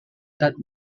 that